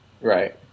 Right